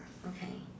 okay